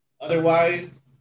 Otherwise